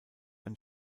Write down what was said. ein